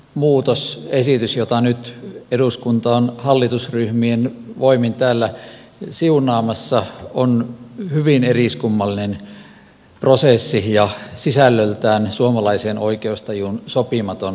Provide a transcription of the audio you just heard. vuosilomalain muutosesitys jota nyt eduskunta on hallitusryhmien voimin täällä siunaamassa on hyvin eriskummallinen prosessi ja sisällöltään suomalaiseen oikeustajuun sopimaton esitys